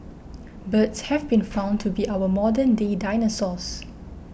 birds have been found to be our modern day dinosaurs